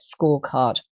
Scorecard